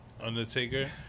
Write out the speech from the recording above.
undertaker